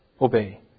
obey